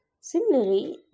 Similarly